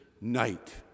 night